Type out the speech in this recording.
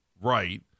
right